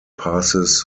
passes